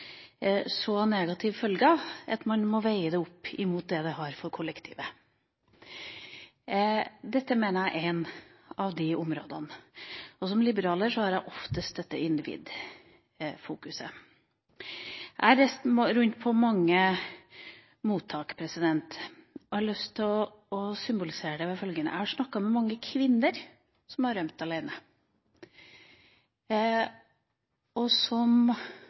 så negative følger at man må veie det opp mot virkningene den har for kollektivet. Dette mener jeg er et av de områdene. Som liberaler har jeg oftest denne individfokuseringa. Jeg har reist rundt på mange mottak. Jeg har lyst til å si følgende: Jeg har snakket med mange kvinner som har rømt alene, og som